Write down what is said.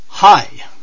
Hi